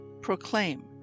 Proclaim